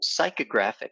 psychographic